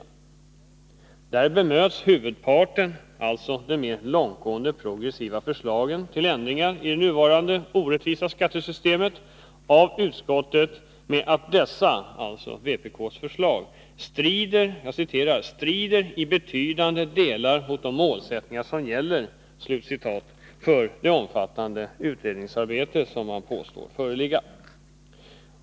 I betänkandet bemöts huvudparten av förslagen — alltså de mer långtgående progressiva förslagen till ändringar i det nuvarande, orättvisa skattesystemet — av utskottet med att dessa, dvs. vpk:s förslag, ”strider i betydande delar mot de målsättningar som gäller” för det omfattande utredningsarbete som påstås föreligga.